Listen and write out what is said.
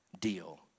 deal